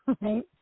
right